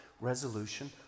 resolution